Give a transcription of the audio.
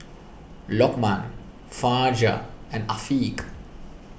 Lokman Fajar and Afiq